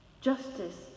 Justice